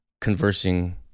conversing